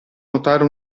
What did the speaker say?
notare